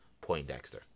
Poindexter